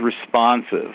responsive